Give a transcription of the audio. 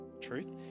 truth